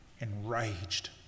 enraged